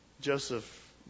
Joseph